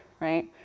right